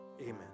Amen